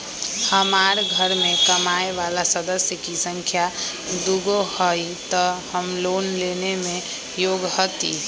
हमार घर मैं कमाए वाला सदस्य की संख्या दुगो हाई त हम लोन लेने में योग्य हती?